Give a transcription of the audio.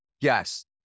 Yes